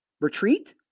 retreat